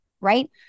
right